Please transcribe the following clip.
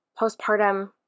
postpartum